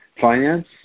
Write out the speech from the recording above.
finance